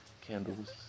candles